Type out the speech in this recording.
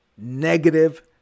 negative